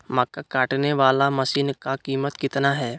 मक्का कटने बाला मसीन का कीमत कितना है?